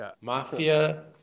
Mafia